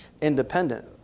independent